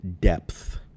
depth